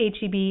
HEB